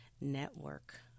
Network